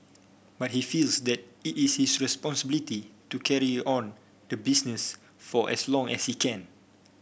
but he feels that it is his responsibility to carry on the business for as long as he can